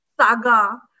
saga